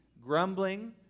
Grumbling